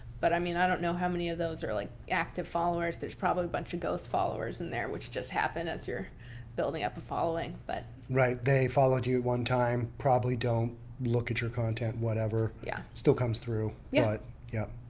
but i mean, i don't know how many of those are like active followers. there's probably a bunch of those followers in there, which just happened as you're building up a following but. right, they followed you at one time. probably don't look at your content, whatever yeah still comes through, yeah but yep.